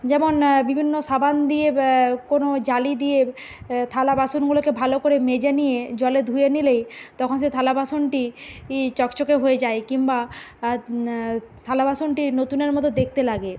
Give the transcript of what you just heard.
যেমন বিভিন্ন সাবান দিয়ে কোনো জালি দিয়ে থালা বাসনগুলোকে ভালো করে মেজে নিয়ে জলে ধুয়ে নিলেই তখন সে থালা বাসনটি ই চকচকে হয়ে যায় কিম্বা না থালা বাসনটি নতুনের মতো দেখতে লাগে